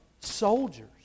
soldiers